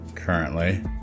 currently